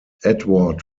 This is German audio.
edward